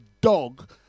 dog